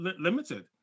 limited